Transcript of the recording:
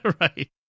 Right